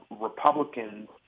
Republicans